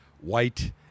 white